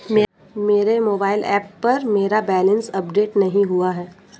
मेरे mobile app पर मेरा बैलेंस अपडेट नहीं हुआ है